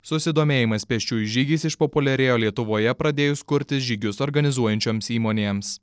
susidomėjimas pėsčiųjų žygis išpopuliarėjo lietuvoje pradėjus kurtis žygius organizuojančioms įmonėms